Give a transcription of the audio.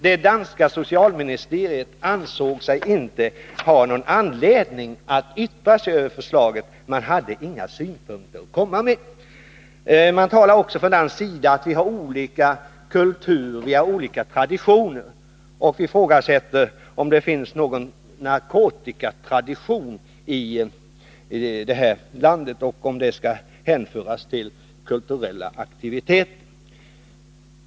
Det danska socialministeriet, exempelvis, ansåg sig inte ha någon anledning att yttra sig över förslaget. Man hade inga synpunkter att komma med. Danskarna talar om att vi har olika kultur och traditioner och ifrågasätter om det finns någon narkotikatradition i landet, eller om man kan hänföra det hela till kulturella aktiviteter.